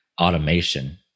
automation